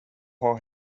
har